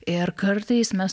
ir kartais mes